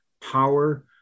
power